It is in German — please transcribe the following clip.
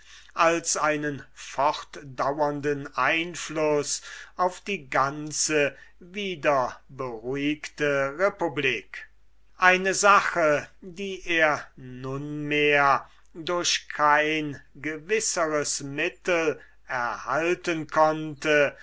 als einen fortdaurenden einfluß auf die ganze nun wieder beruhigte republik eine sache die er nunmehr durch kein gewissers mittel erhalten konnte